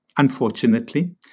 Unfortunately